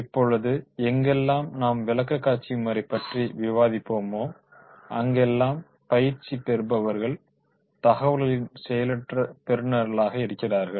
இப்பொழுது எங்கெல்லாம் நாம் விளக்கக்காட்சி முறை பற்றி விவாதிப்போமோ அங்கெல்லாம் பயிற்சி பெறுபவர்கள் தகவல்களின் செயலற்ற பெறுநர்களாக இருக்கிறார்கள்